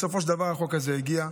בסופו של דבר החוק הזה הגיע.